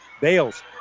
Bales